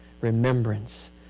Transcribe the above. remembrance